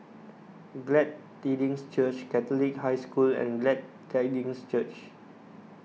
Glad Tidings Church Catholic High School and Glad Tidings Church